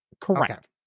correct